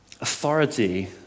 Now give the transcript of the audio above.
authority